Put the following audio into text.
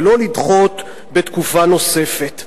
ולא לדחות בתקופה נוספת.